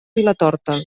vilatorta